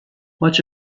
much